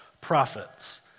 prophets